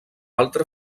altra